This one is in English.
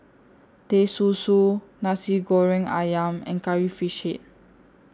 Teh Susu Nasi Goreng Ayam and Curry Fish Head